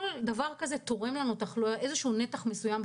כל דבר כזה תורם לתחלואה נתח מסוים,